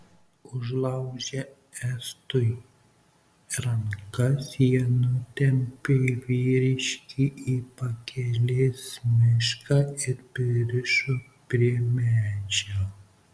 užlaužę estui rankas jie nutempė vyriškį į pakelės mišką ir pririšo prie medžio